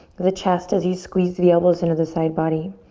the chest as you squeeze the elbows into the side body.